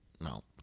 no